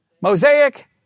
Mosaic